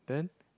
then